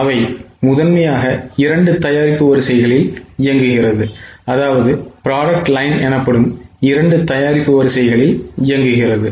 அவை முதன்மையாக இரண்டு தயாரிப்பு வரிசைகளில் இயங்குகிறது